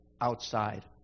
outside